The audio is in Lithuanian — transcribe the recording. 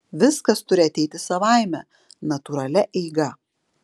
viskas turi ateiti savaime natūralia eiga